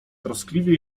troskliwie